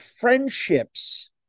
Friendships